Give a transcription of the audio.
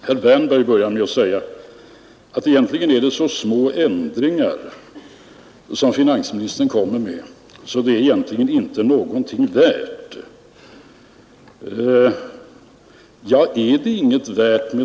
Herr Wärnberg började med att säga att de ändringar som finansministern vill göra är så små att de egentligen inte är något värda.